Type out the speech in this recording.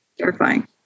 terrifying